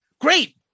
Great